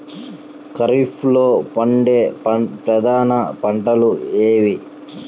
ఖరీఫ్లో పండే ప్రధాన పంటలు ఏవి?